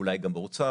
אולי גם באוצר,